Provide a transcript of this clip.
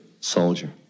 soldier